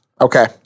Okay